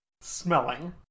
Smelling